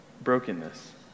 brokenness